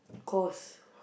course